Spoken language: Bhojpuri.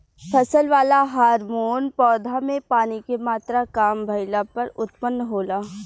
फसल वाला हॉर्मोन पौधा में पानी के मात्रा काम भईला पर उत्पन्न होला